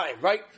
right